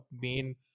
main